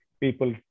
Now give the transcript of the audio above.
people